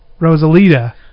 Rosalita